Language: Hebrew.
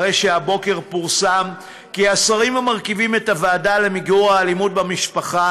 הרי שהבוקר פורסם כי השרים המרכיבים את הוועדה למיגור האלימות במשפחה